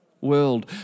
world